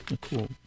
Cool